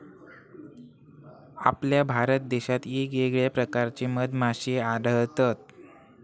आपल्या भारत देशात येगयेगळ्या प्रकारचे मधमाश्ये आढळतत